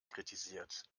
kritisiert